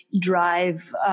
drive